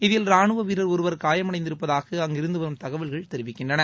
இதில் ராணுவ வீரர் ஒருவர் காயமடைந்திருப்பதாக அங்கிருந்து வரும் தகவல்கள் தெரிவிக்கின்றன